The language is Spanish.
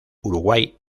uruguay